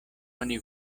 oni